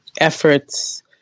efforts